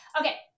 Okay